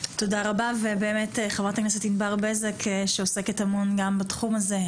תודה רבה ובאמת חברת הכנסת ענבר בזק שעוסקת המון גם בתחום הזה,